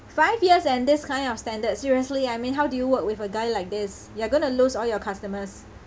five years and this kind of standard seriously I mean how do you work with a guy like this you are gonna lose all your customers